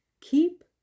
keep